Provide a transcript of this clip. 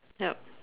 yup